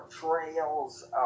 portrayals